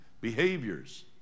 behaviors